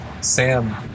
Sam